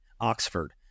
oxford